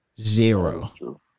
Zero